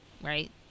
right